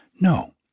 No